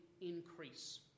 increase